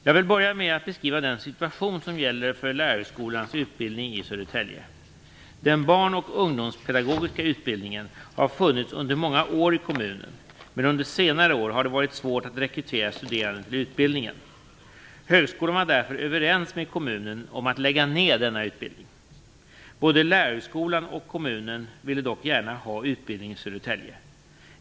Jag vill börja med att beskriva den situation som gäller för Lärarhögskolans utbildning i Södertälje. Den barn och ungdomspedagogiska utbildningen har funnits under många år i kommunen, men under senare år har det varit svårt att rekrytera studerande till utbildningen. Högskolan var därför överens med kommunen om att lägga ned denna utbildning. Både Lärarhögskolan och kommunen ville dock gärna ha denna utbildning i Södertälje.